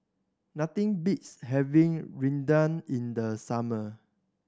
nothing beats having Rendang in the summer